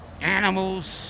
animals